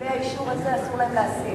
בלי האישור הזה אסור להם להעסיק.